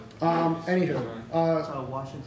Anywho